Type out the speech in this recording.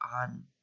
on